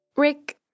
Rick